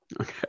okay